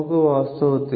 ഇവിടെ വാസ്തവത്തിൽ